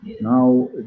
now